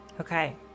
Okay